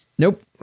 Nope